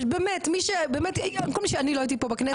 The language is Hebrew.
באמת מי כל הימים שאני לא הייתי פה בכנסת,